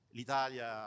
L'Italia